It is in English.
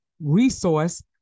resource